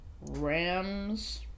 Rams